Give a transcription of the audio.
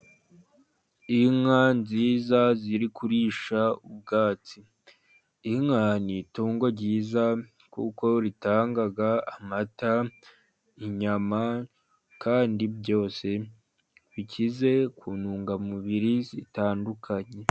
Inka nziza ziri kurisha ubwatsi, inka n'itungo ryiza kuko ritanga amata, inyama kandi byose bikize ku ntungamubiri zitandukanye.